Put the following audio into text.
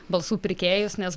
balsų pirkėjus nes